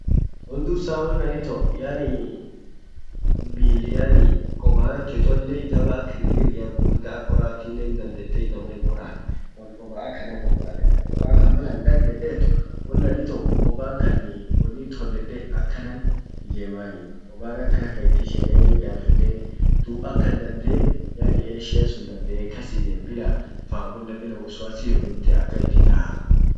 won dursa wanan ito yaani koban cchochole jabdu ak kirikiria gugurda ak koratinnen sihin woran koban akana borbadhedaa mal an daegedet won an ito koban kan wonit hodedde akanan ijemanii koban akanatan it isheneni midafedeni dub ak an dande yaani dandee kas hiijemn ishiasun kasijem bila fan kulla bila wosiwasi wowote ak it itaa.